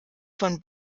von